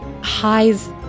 highs